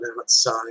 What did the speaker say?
outside